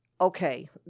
okay